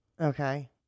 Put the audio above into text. Okay